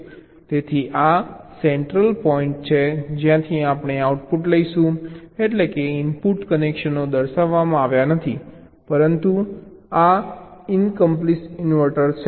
તેથી આ આ સેન્ટ્રલ પોઇન્ટ છે જ્યાંથી આપણે આઉટપુટ લઈશું એટલે કે ઇનપુટ કનેક્શનો દર્શાવવામાં આવ્યા નથી પરંતુ આ ઇનકમ્પ્લિ ઇન્વર્ટર છે